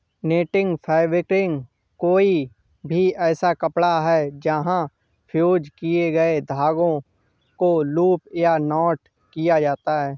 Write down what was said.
netting fabric कोई भी ऐसा कपड़ा है जहाँ फ़्यूज़ किए गए धागों को लूप या नॉट किया जाता है